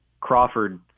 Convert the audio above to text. Crawford –